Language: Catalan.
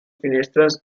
finestres